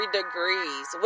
degrees